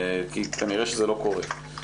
כי כנראה שזה לא קורה.